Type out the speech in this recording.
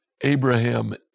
Abraham